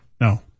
No